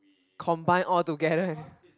combine all together